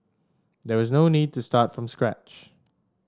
there was no need to start from scratch